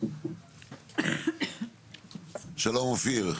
שלום אופיר,